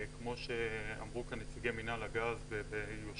כמו שאמרו כאן נציגי מינהל הגז ביושרה,